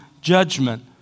judgment